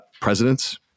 presidents